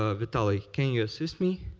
ah vitali, can you assist me?